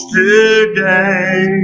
today